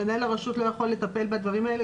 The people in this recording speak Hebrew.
מנהל הרשות לא יכול לטפל בדברים האלה,